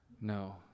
No